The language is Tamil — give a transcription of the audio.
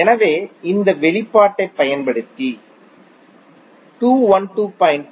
எனவே இந்த வெளிப்பாட்டைப் பயன்படுத்தி 212